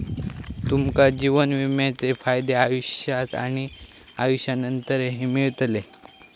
तुमका जीवन विम्याचे फायदे आयुष्यात आणि आयुष्यानंतरही मिळतले